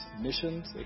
missions